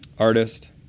Artist